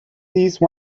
these